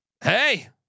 Hey